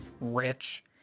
Rich